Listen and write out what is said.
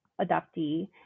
adoptee